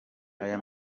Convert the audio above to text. aya